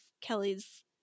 Kelly's